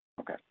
Okay